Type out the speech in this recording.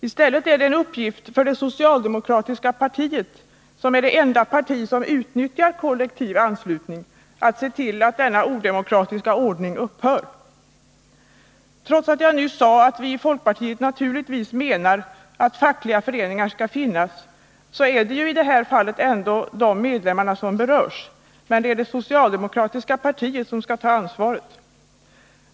I stället är det en uppgift för det socialdemokratiska partiet, som är det enda parti som utnyttjar kollektiv anslutning, att se till att denna odemokratiska ordning upphör. Trots att jag nyss sade att vi i folkpartiet naturligtvis menar att fackliga föreningar skall finnas, så är det ju i det här fallet ändå deras medlemmar som berörs. Men det är det socialdemokratiska partiet som skall ta ansvaret.